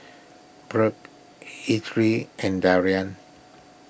Byrd Ettie and Daryl